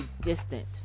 distant